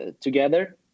together